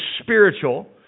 spiritual